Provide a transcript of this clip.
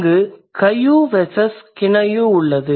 இங்கு Kayu versus Kinayu உள்ளது